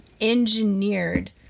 engineered